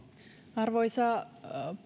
arvoisa